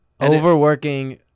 Overworking